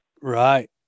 Right